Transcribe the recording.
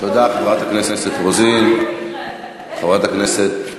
תודה, חברת הכנסת רוזין.